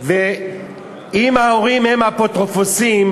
ואם ההורים הם אפוטרופוסים,